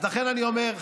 אז לכן אני אומר,